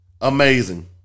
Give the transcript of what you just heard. amazing